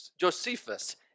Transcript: Josephus